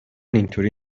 اینطوری